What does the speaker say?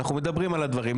אנחנו מדברים על הדברים,